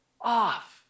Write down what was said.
off